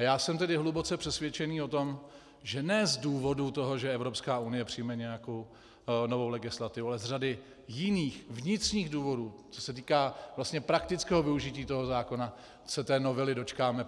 Já jsem tedy hluboce přesvědčený o tom, že ne z důvodu toho, že Evropská unie přijme nějakou novou legislativu, ale z řady jiných vnitřních důvodů, co se týká vlastně praktického využití zákona, se té novely dočkáme